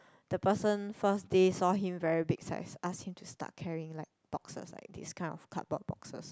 the person first day saw him very big size ask him to start carrying like boxes like this kind of cardboard boxes